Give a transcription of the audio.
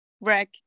wreck